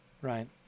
Right